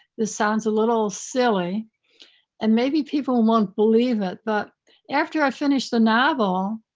this sounds a little silly and maybe people won't believe it. but after i finished the novel,